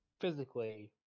physically